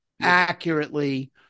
accurately